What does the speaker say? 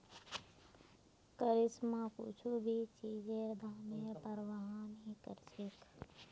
करिश्मा कुछू भी चीजेर दामेर प्रवाह नी करछेक